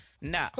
No